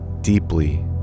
deeply